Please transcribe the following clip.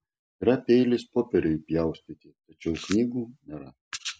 yra peilis popieriui pjaustyti tačiau knygų nėra